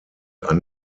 ein